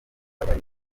bari